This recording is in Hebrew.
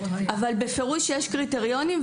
אבל בפירוש, יש קריטריונים.